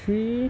three